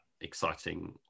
exciting